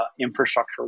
infrastructure